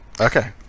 Okay